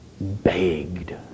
begged